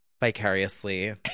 vicariously